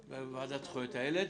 בוועדה לזכויות הילד,